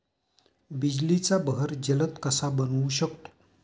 बिजलीचा बहर जलद कसा बनवू शकतो?